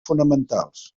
fonamentals